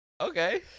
Okay